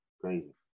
Crazy